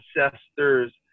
ancestors